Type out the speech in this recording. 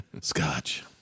scotch